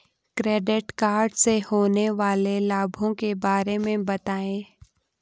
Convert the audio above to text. Credit card से होने वाले लाभों के बारे में बताएं?